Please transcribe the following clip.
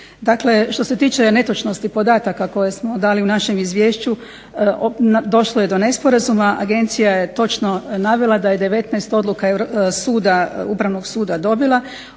što se tiče netočnosti podataka koje smo dali u našem Izvješću došlo je do nesporazuma. Agencija je točno navela da je 19 odluka suda, Upravnog suda dobila.